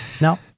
Now